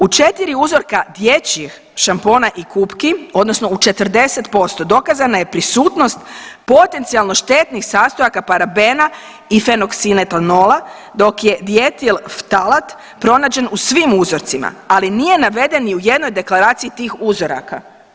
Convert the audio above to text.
U 4 uzorka dječjih šampona i kupki odnosno u 40% dokazana je prisutnost potencijalno štetnih sastojaka parabena i fenoksinetanola dok je dietil ftalat pronađen u svim uzorcima, ali nije naveden ni u jednoj deklaraciji tih uzoraka.